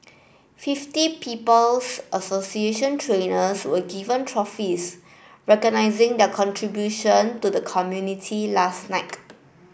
fifty People's Association trainers were given trophies recognising their contribution to the community last night